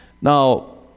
Now